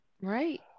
Right